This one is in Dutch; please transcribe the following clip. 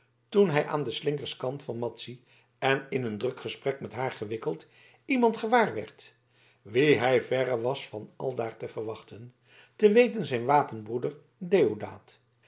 toen hij aan de slinkerhand van madzy en in een druk gesprek met haar gewikkeld iemand gewaarwerd wien hij verre was van aldaar te verwachten te weten zijn wapenbroeder deodaat